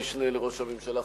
כבוד המשנה לראש הממשלה,